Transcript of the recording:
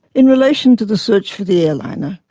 in relation to the search for the airliner,